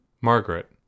Margaret